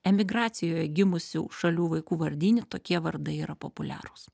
emigracijoje gimusių šalių vaikų vardyne tokie vardai yra populiarūs